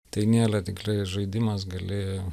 tai nėra tikrai žaidimas gali